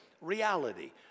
reality